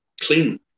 clean